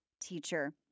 teacher